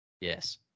Yes